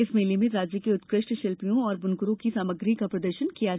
इस मेले में राज्य के उत्कृष्ट शिल्पियों एवं बुनकरों की सामग्री का प्रदर्शन किया जायेगा